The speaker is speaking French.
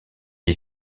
est